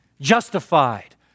justified